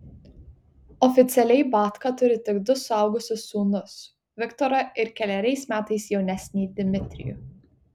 oficialiai batka turi tik du suaugusius sūnus viktorą ir keleriais metais jaunesnį dmitrijų